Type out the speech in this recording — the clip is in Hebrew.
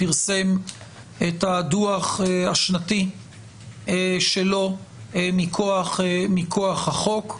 פרסם את הדוח השנתי שלו מכוח החוק,